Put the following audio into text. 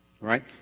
right